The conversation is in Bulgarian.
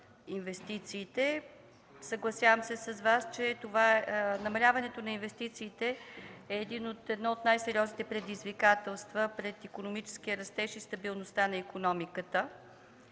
инвестициите. Съгласявам се с Вас, че намаляването на инвестициите е едно от най-сериозните предизвикателства пред икономическия растеж и стабилността на икономиката.